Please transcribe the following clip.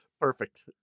Perfect